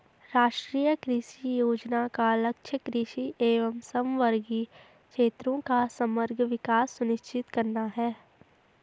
राष्ट्रीय कृषि योजना का लक्ष्य कृषि एवं समवर्गी क्षेत्रों का समग्र विकास सुनिश्चित करना है